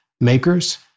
Makers